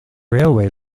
railway